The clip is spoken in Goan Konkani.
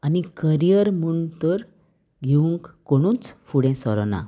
आनी करियर म्हूण तर घेवंक कोणूच फुडें सरोना